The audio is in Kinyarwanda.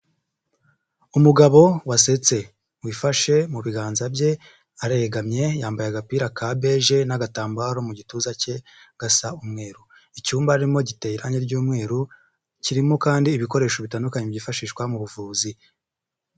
Umugabo wasetse, wifashe mu biganza bye, aregamye yambaye agapira ka beje, n'agatambaro mu gituza cye gasa umweru, icyumba arimo giteye irangi ry'umweru kirimo kandi ibikoresho bitandukanye byifashishwa mu buvuzi.